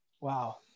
Wow